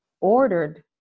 ordered